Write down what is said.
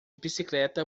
bicicleta